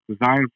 design